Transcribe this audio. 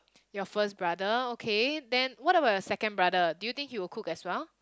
your first brother okay then what about your second brother do you think he will cook as well